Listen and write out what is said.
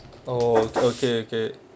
oh okay okay